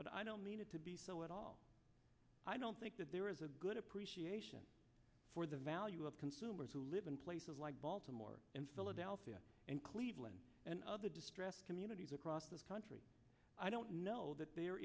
but i don't mean it to be so at all i don't think that there is a good appreciation for the value of consumers who live in places like baltimore and philadelphia and cleveland and other distressed communities across the country i don't know that there